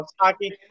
hockey